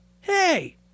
hey